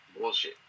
bullshit